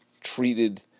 treated